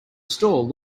store